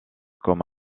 comme